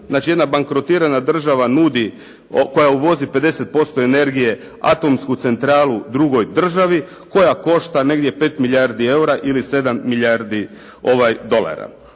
jedna bankrotirana država koja uvozi 50% energije nudi atomsku centralu drugoj državi koja košta negdje 5 milijardi eura ili 7 milijardi dolara.